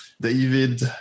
David